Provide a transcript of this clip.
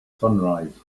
sunrise